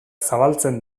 zabaltzen